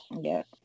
Yes